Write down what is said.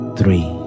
three